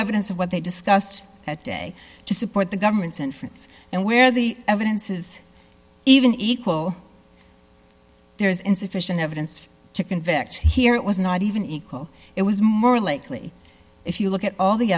evidence of what they discussed that day to support the government's inference and where the evidence is even equal there is insufficient evidence to convict here it was not even equal it was more likely if you look at all the